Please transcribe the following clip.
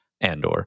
Andor